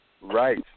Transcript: Right